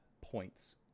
points